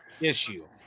issue